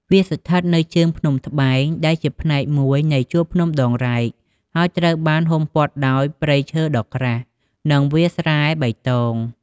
វាស្ថិតនៅជើងភ្នំត្បែង ដែលជាផ្នែកមួយនៃជួរភ្នំដងរ៉ែក ហើយត្រូវបានហ៊ុមព័ទ្ធដោយព្រៃឈើដ៏ក្រាស់ និងវាលស្រែបៃតង។